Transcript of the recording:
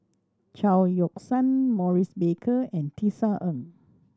Chao Yoke San Maurice Baker and Tisa Ng